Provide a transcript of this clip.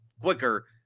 quicker